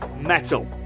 metal